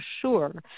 sure